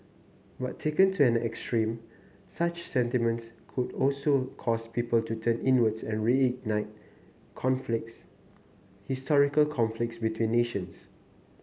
but taken to an extreme such sentiments could also cause people to turn inwards and reignite conflicts historical conflicts between nations